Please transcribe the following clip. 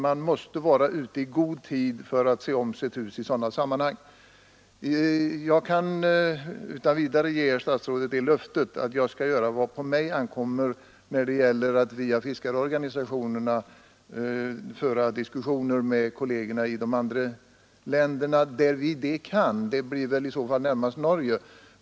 Man måste vara ute i god tid för att se om sitt hus i sådana här sammanhang. Jag kan utan vidare ge statsrådet löftet att jag skall göra vad som på mig ankommer när det gäller att via fiskarorganisationerna föra diskussioner med kolleger i övriga berörda länder — där så ske kan, och det blir väl närmast Norge.